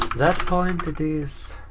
that point it is,